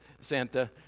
Santa